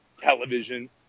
television